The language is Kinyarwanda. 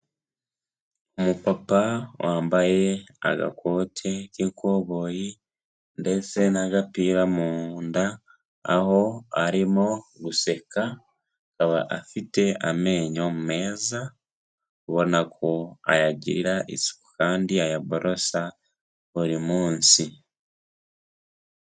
Umupapa wambaye agakoti k'ikoboyi ndetse n'agapira mu nda, aho arimo guseka, akaba afite amenyo meza, ubona ko ayagirira isuku kandi ayaborosa buri munsi.